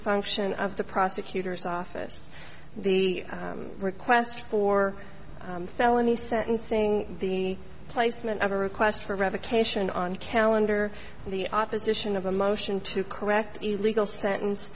function of the prosecutor's office the request for felony sentencing the placement of a request for revocation on calendar the opposition of a motion to correct illegal sentence